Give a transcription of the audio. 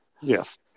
yes